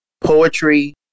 poetry